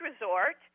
resort